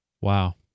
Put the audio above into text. Wow